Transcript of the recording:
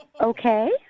Okay